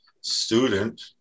student